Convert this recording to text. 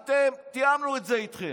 תיאמנו את זה איתכם.